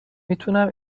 میتونم